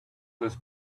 this